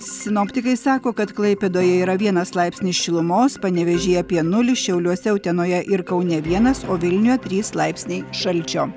sinoptikai sako kad klaipėdoje yra vienas laipsnis šilumos panevėžyje apie nulį šiauliuose utenoje ir kaune vienas o vilniuje trys laipsniai šalčio